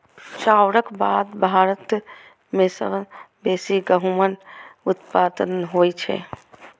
चाउरक बाद भारत मे सबसं बेसी गहूमक उत्पादन होइ छै